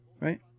right